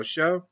Show